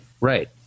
right